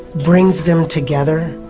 brings them together,